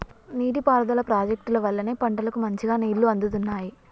నీటి పారుదల ప్రాజెక్టుల వల్లనే పంటలకు మంచిగా నీళ్లు అందుతున్నాయి